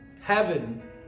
Heaven